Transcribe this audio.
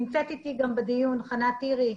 נמצאת אתי בדיון חנה טירי,